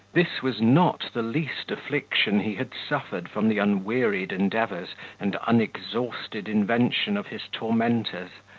this was not the least affliction he had suffered from the unwearied endeavours and unexhausted invention of his tormentors,